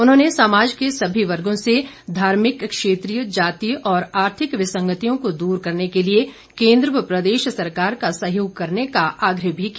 उन्होंने समाज के सभी वर्गों से धार्मिक क्षेत्रीय जातीय और आर्थिक विसंगतियों को दूर करने के लिए केंद्र व प्रदेश सरकार का सहयोग करने का आग्रह भी किया